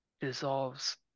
dissolves